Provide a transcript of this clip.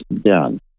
done